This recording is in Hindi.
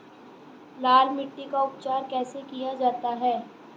लाल मिट्टी का उपचार कैसे किया जाता है?